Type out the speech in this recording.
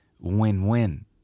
win-win